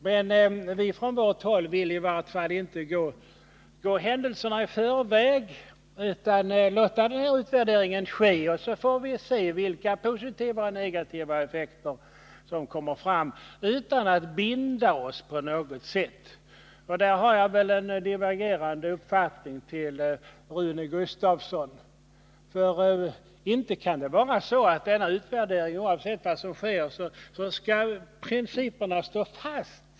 Men vi från vårt håll vill i vart fall inte gå händelserna i förväg utan låta utvärderingen ske, och så får vi se vilka positiva och negativa effekter som uppstår, utan att vi binder oss på något sätt. Där har jag väl en divergerande uppfattning i förhållande till Rune Gustavsson, för inte kan det väl vara så när det gäller denna utvärdering att principerna skall stå fast, oavsett vad som sker?